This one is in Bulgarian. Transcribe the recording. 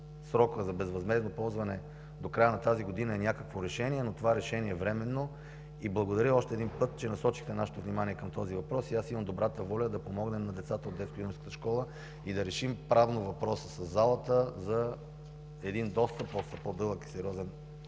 срока за безвъзмездно ползване до края на тази година е някакво решение, но то е временно. Благодаря още един път, че насочихте нашето внимание към въпроса. Имам добрата воля да помогнем на децата от детско юношеската школа и да решим правно въпроса със залата за един доста по-дълъг и сериозен